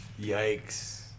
yikes